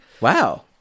Wow